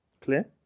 Clear